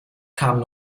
kamen